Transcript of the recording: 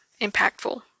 impactful